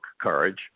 Courage